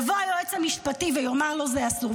יבוא היועץ המשפטי ויאמר לו: זה אסור,